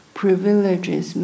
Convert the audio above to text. privileges